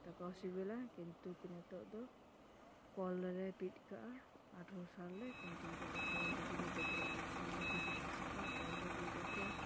ᱫᱟᱠᱟ ᱥᱤᱵᱤᱞᱟ ᱠᱤᱱᱛᱩᱠ ᱱᱤᱛᱳᱜ ᱫᱚ ᱠᱚᱞ ᱨᱮᱞᱮ ᱵᱤᱫ ᱟᱠᱟᱜᱼᱟ ᱟᱴᱷᱨᱚ ᱥᱟᱞᱨᱮ ᱠᱤᱱᱛᱩ ᱱᱤᱛᱚᱜ ᱫᱚ ᱠᱚᱞ ᱨᱮᱜᱮ ᱞᱮ ᱰᱟᱹᱵᱽᱨᱟᱹᱜᱼᱟ ᱠᱚᱞ ᱨᱮᱜᱮ ᱠᱤᱪᱨᱤᱡ ᱥᱟᱯᱷᱟ ᱠᱚᱞ ᱨᱮᱜᱮ ᱰᱟᱹᱵᱽᱨᱟᱹ